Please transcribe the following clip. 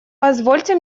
позвольте